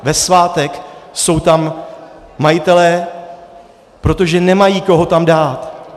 Ve svátek jsou tam majitelé, protože nemají koho tam dát.